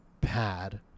pad